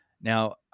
Now